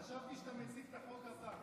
חשבתי שאתה מציג את החוק.